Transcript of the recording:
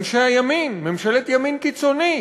אנשי הימין, ממשלת ימין קיצוני.